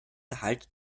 unterhalt